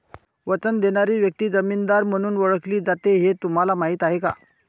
वचन देणारी व्यक्ती जामीनदार म्हणून ओळखली जाते हे तुम्हाला माहीत आहे का?